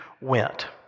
went